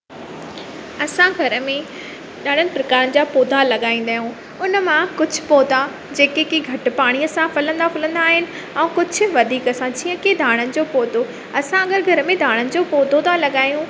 असां घर में ॾाढनि प्रकारनि जा पौधा लॻाईंदा आहियूं उन मां कुझु पौधा जेके की घटि पाणीअ सां फलंदा फूलंदा आहिनि ऐं कुझु वधीक सां जीअं की धाणनि जो पौधो असां अगरि घर में धाणनि जो पौधो था लॻायूं